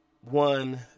One